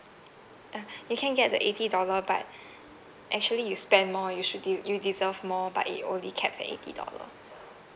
uh you can get the eighty dollar but actually you spend more you should you deserve more but it only caps at eighty dollar